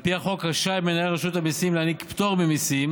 על פי החוק רשאי מנהל רשות המיסים להעניק פטור ממיסים